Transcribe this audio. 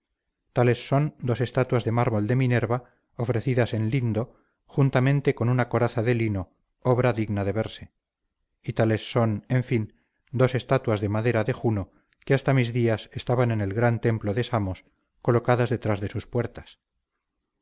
tales son dos estatuas de mármol de minerva ofrecidas en lindo juntamente con una coraza de lino obra digna de verse y tales son en fin dos estatuas de madera de juno que hasta mis días estaban en el gran templo de samos colocadas detrás de sus puertas